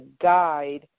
guide